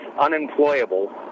unemployable